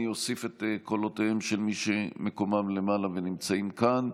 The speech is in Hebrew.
אני אוסיף את קולותיהם של מי שמקומם למעלה ונמצאים כאן.